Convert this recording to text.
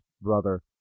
brother